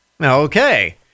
Okay